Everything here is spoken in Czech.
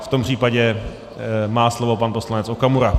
V tom případě má slovo pan poslanec Okamura.